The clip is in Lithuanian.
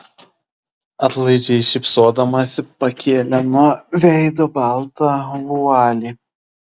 atlaidžiai šypsodamasi pakėlė nuo veido baltą vualį